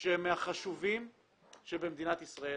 שהם מהחשובים שבמדינת ישראל,